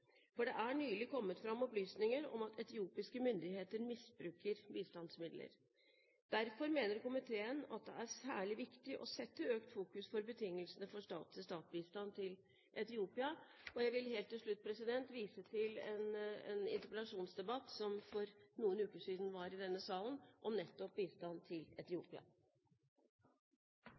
nylig kommet fram opplysninger om at etiopiske myndigheter misbruker bistandsmidler. Derfor mener komiteen at det er særlig viktig å rette økt fokus mot betingelsene for stat-til-stat-bistand til Etiopia. Helt til slutt vil jeg vise til en interpellasjonsdebatt som for noen uker siden var i denne salen om nettopp bistand til Etiopia.